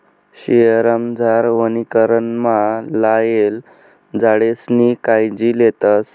शयेरमझार वनीकरणमा लायेल झाडेसनी कायजी लेतस